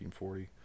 1940